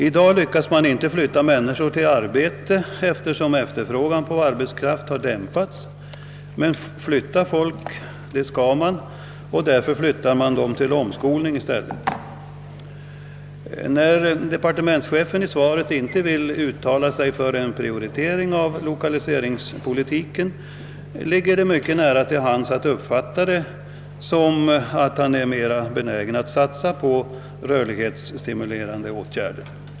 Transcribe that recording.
I dag lyckas man inte flytta människor till arbete, eftersom efterfrågan på arbetskraft har dämpats. Men flytta folk skall man, och därför flyttar man vederbörande till omskolning i stället. När departementschefen i svaret inte vill uttala sig för en prioritering av lokaliseringspolitiken ligger det mycket nära till hands att uppfatta det som att han är mera benägen att satsa på rörlighetsstimulerande åtgärder.